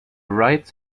rights